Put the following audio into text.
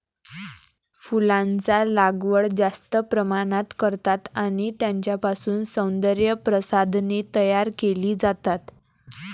फुलांचा लागवड जास्त प्रमाणात करतात आणि त्यांच्यापासून सौंदर्य प्रसाधने तयार केली जातात